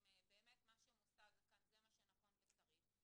באמת מה שמושג כאן זה מה שנכון וצריך.